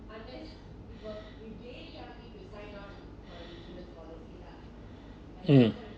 mm